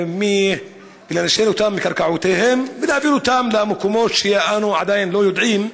לנשל אותם מקרקעותיהם ולהעביר אותם למקומות שאנו עדיין לא יודעים.